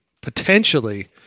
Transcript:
potentially